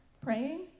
praying